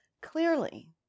Clearly